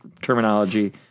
terminology